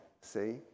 See